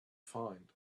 find